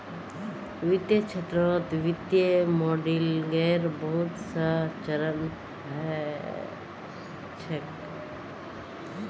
वित्तीय क्षेत्रत वित्तीय मॉडलिंगेर बहुत स चरण ह छेक